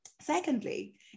secondly